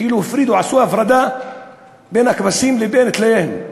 כאילו הפרידו, עשו הפרדה בין הכבשים לבין טלאיהן.